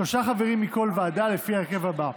שלושה חברים מכל ועדה, לפי ההרכב הבא: